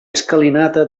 escalinata